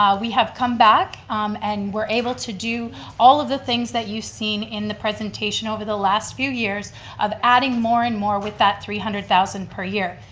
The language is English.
we have come back and we're able to do all of the things that you've seen in the presentation over the last few years of adding more and more with that three hundred thousand per year.